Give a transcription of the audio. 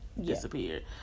disappeared